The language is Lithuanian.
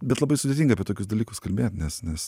bet labai sudėtinga apie tokius dalykus kalbėt nes nes